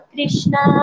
Krishna